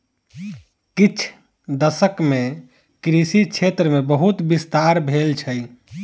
किछ दशक मे कृषि क्षेत्र मे बहुत विस्तार भेल छै